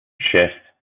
шесть